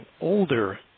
older